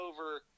over